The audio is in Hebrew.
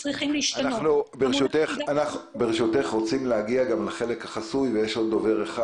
אנחנו רוצים להגיע גם לחלק החסוי ויש עוד דובר אחד,